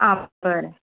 आ बरें